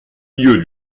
lieu